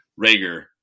Rager